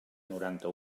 noranta